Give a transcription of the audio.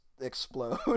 explode